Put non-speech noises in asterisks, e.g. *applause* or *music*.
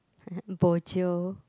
*laughs* bojio